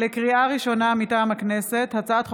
לקריאה ראשונה, מטעם הכנסת: